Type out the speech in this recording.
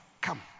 come